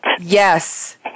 Yes